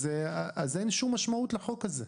אז אין שום משמעות לחוק הזה.